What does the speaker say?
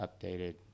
updated